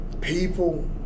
people